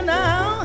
now